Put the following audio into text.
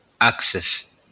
access